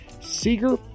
Seeger